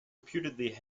reputedly